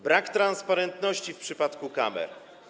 Brak jest transparentności w przypadku kamer.